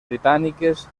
britàniques